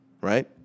right